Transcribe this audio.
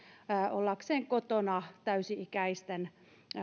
ollakseen kotona täysi ikäisten